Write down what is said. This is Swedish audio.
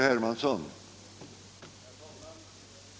Herr talman!